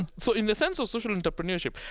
so in the sense of social entrepreneurship,